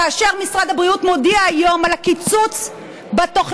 כאשר משרד הבריאות מודיע היום על הקיצוץ בתוכניות,